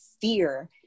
fear